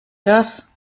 das